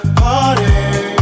party